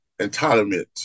entitlement